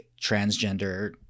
transgender